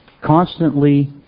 constantly